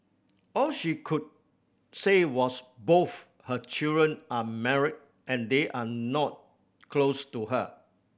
all she could say was both her children are married and they are not close to her